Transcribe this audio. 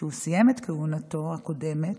כשהוא סיים את כהונתו הקודמת,